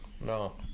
No